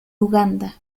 uganda